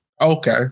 Okay